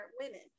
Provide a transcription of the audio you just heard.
women